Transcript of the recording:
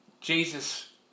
Jesus